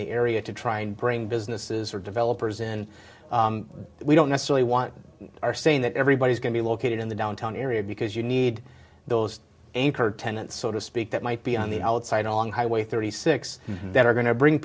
the area to try and bring businesses or developers in we don't necessarily want are saying that everybody's going to be located in the downtown area because you need those anchor tenant so to speak that might be on the outside on highway thirty six that are going to bring